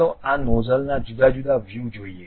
ચાલો આ નોઝલના જુદા જુદા વ્યૂ જોઈએ